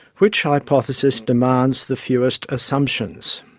which hypothesis demands the fewest assumptions?